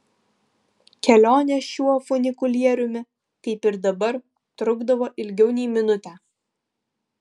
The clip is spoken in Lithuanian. kelionė šiuo funikulieriumi kaip ir dabar trukdavo ilgiau nei minutę